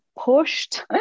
pushed